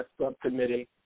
subcommittee